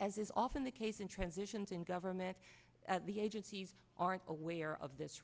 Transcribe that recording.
as is often the case in transitions in government the agencies aren't aware of this